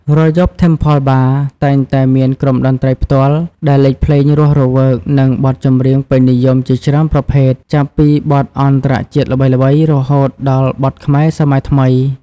រាល់យប់ Temple Bar តែងតែមាន ក្រុមតន្ត្រីផ្ទាល់ ដែលលេងភ្លេងរស់រវើក និងបទចម្រៀងពេញនិយមជាច្រើនប្រភេទ ចាប់ពីបទអន្តរជាតិល្បីៗ រហូតដល់បទខ្មែរសម័យថ្មី។